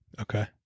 Okay